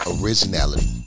originality